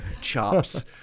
chops